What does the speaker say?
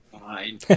fine